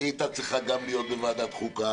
היא הייתה צריכה גם להיות בוועדת החוקה